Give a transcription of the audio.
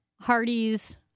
Hardys